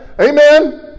Amen